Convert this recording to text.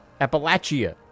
Appalachia